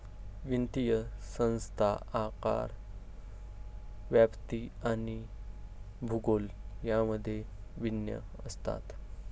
वित्तीय संस्था आकार, व्याप्ती आणि भूगोल यांमध्ये भिन्न असतात